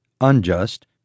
unjust